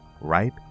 right